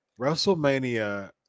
Wrestlemania